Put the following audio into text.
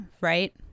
Right